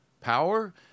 power